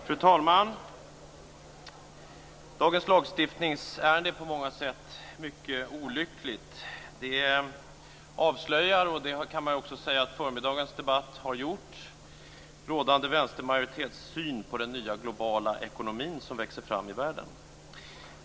Fru talman! Dagens lagstiftningsärende är på många sätt mycket olyckligt. Ärendet avslöjar - och det kan man också säga att förmiddagens debatt har gjort - rådande vänstermajoritets syn på den nya globala ekonomin som växer fram i världen.